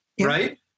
right